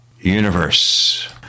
universe